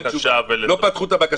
לא פתחו את הבקשה.